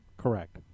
Correct